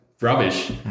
rubbish